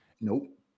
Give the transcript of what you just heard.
Nope